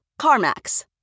CarMax